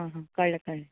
आं हां कळ्ळें कळ्ळें